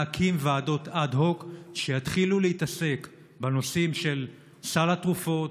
להקים ועדות אד-הוק שיתחילו להתעסק בנושאים של סל התרופות,